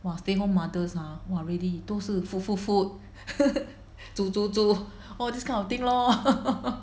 !wah! stay home mothers ah !wah! really 都是 food food food 煮煮煮 all this kind of thing lor